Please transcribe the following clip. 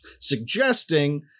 suggesting